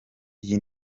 iyi